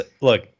Look